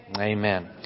amen